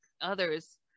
others